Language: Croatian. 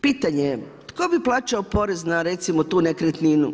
Pitanje je tko bi plaćao porez na recimo tu nekretninu.